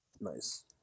nice